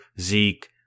Zeke